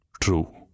True